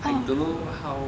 I don't know how